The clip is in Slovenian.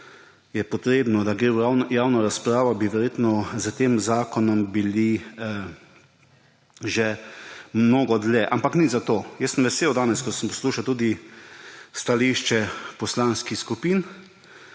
je potrebno, da gre v javno razpravo, bi bili s tem zakonom verjetno že mnogo dlje. Ampak nič zato, jaz sem vesel danes, potem ko sem poslušal tudi stališča poslanskih skupin.